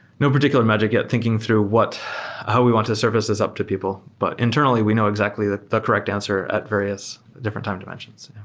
no particular magic yet thinking through what how we want to surface this up to people. but internally, we know exactly the the correct answer at various different time dimensions.